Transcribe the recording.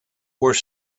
were